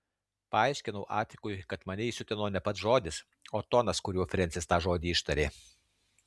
paaiškinau atikui kad mane įsiutino ne pats žodis o tonas kuriuo frensis tą žodį ištarė